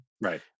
right